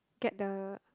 get the